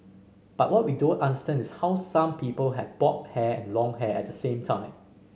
but what we don't understand is how some people have bob hair and long hair at the same time